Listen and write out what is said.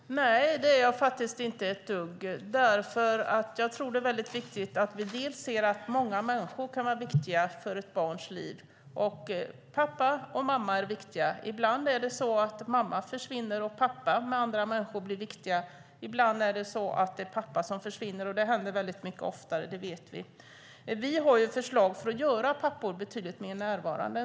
Fru talman! Nej, det är jag faktiskt inte. Det är viktigt att vi ser att många människor kan vara viktiga i ett barns liv. Pappa och mamma är viktiga. Ibland försvinner mamma, och pappa med andra människor blir viktiga. Ibland är det pappa som försvinner. Det händer oftare - det vet vi. Vi har lagt fram förslag för att göra pappor betydligt mer närvarande.